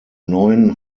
neuen